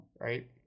right